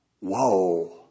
Whoa